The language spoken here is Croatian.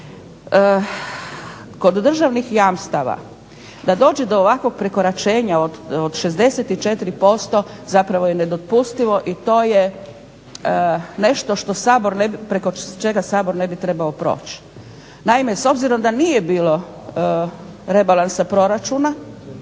Kod državnih jamstava, da dođe do ovakvog prekoračenja od 64% zapravo je nedopustivo i to je nešto što Sabor, preko čega Sabor ne bi trebao proći. Naime, s obzirom da nije bilo rebalansa proračuna